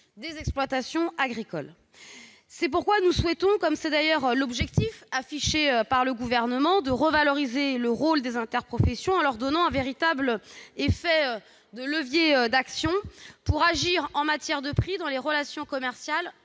des exploitations agricoles. C'est pourquoi nous souhaitons, conformément à l'objectif affiché par le Gouvernement, revaloriser le rôle des interprofessions en leur donnant un véritable levier d'action pour agir en matière de prix dans les relations commerciales